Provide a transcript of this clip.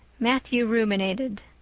matthew ruminated.